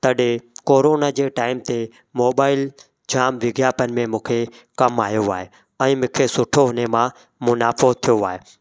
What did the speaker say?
तॾहिं कोरोना जे टाइम ते मोबाइल जामु विज्ञापन में मूंखे कमु आयो आहे ऐं मूंखे सुठो हुन मां मुनाफ़ो थियो आहे